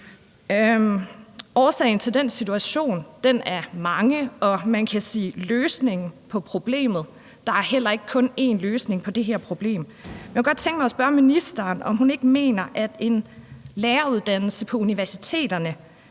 Årsagerne til den situation er mange, og i forhold til løsningen på problemet vil jeg sige, at der ikke kun er én løsning på det her problem. Jeg kunne godt tænke mig at spørge ministeren, om hun ikke mener, at en læreruddannelse på universiteterne